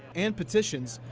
and petitions,